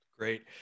Great